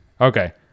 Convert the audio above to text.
Okay